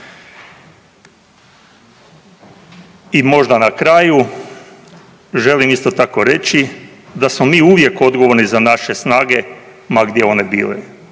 I možda na kraju želim isto tako reći da smo mi uvijek odgovorni za naše snage ma gdje one bile,